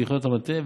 ביחידות המטה,